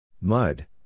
Mud